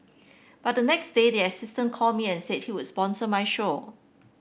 but the next day the assistant called me and said he would sponsor my show